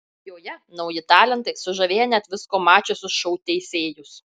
joje nauji talentai sužavėję net visko mačiusius šou teisėjus